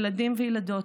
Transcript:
ילדים וילדות,